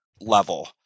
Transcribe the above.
level